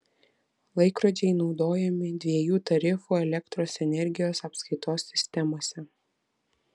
laikrodžiai naudojami dviejų tarifų elektros energijos apskaitos sistemose